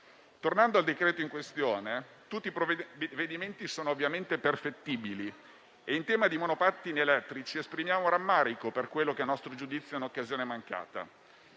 al testo del decreto-legge in esame, tutti i provvedimenti sono ovviamente perfettibili. In tema di monopattini elettrici esprimiamo rammarico per quella che, a nostro giudizio, è un'occasione mancata.